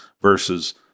versus